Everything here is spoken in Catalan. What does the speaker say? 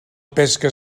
pesca